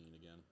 again